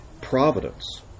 providence